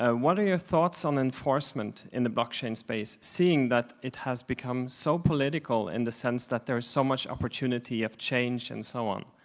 ah what are your thoughts on enforcement in the blockchain space seeing that it has become so political in the sense that there is so much opportunity of change and so on.